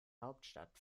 hauptstadt